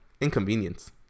inconvenience